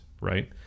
right